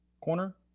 Corner